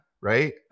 right